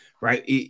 right